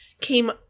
came